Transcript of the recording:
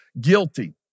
guilty